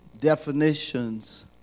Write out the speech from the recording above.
definitions